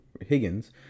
Higgins